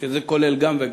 שזה כולל גם וגם.